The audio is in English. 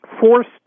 forced